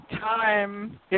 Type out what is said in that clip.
time